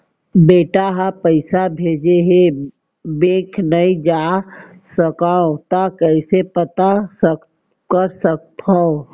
बेटा ह पइसा भेजे हे बैंक नई जाथे सकंव त कइसे पता कर सकथव?